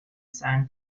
san